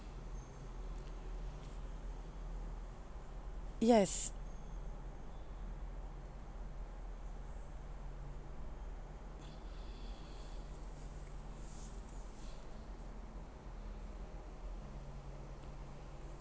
yes